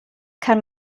kann